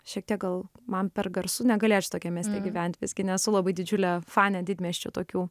šiek tiek gal man per garsu negalėčiau tokiam mieste gyvent visgi nesu labai didžiulė fanė didmiesčių tokių